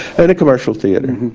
in a commercial theater,